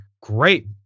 Great